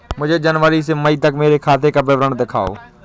मुझे जनवरी से मई तक मेरे खाते का विवरण दिखाओ?